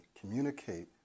communicate